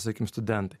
sakykim studentai